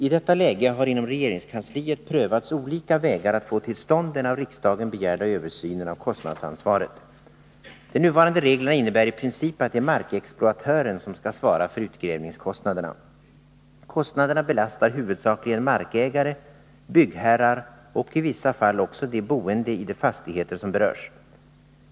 I detta läge har inom regeringskansliet prövats olika vägar att få till stånd den av riksdagen begärda översynen av kostnadsansvaret. De nuvarande reglerna innebär i princip att det är markexploatören som skall svara för utgrävningskostnaderna. Kostnaderna belastar huvudsakligen markägare, byggherrar och — i vissa fall — också de boende i de fastigheter som berörs.